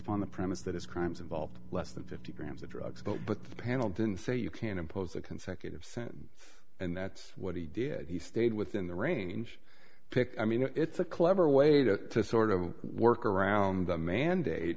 upon the premise that his crimes involved less than fifty grams of drugs but but the panel didn't say you can't impose a consecutive sentence and that's what he did he stayed within the range picked i mean it's a clever way to sort of work around the mandate